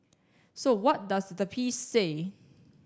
so what does the piece say